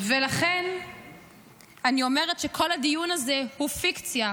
ולכן אני אומרת שכל הדיון הזה הוא פיקציה.